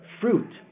fruit